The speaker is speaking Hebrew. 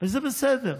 וזה בסדר.